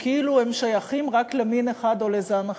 שכאילו הם שייכים רק למין אחד או לזן אחד.